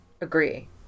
agree